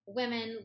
women